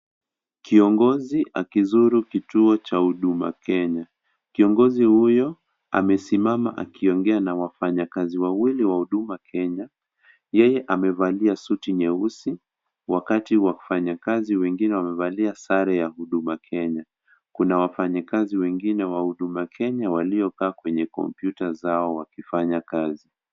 Kiongozi akizuru kituo cha Huduma Kenya. Kiongozi huyo amesimama akiongea na wafanyakazi wawili wa Huduma Kenya. Yeye amevalia suti nyeusi wakati wafanyakazi wengine wamevalia sare ya Huduma Kenya. Kuna wafanyakazi wengine wa Huduma Kenya waliokaa kwenye kompyuta zao wakifanya kazi.